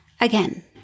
Again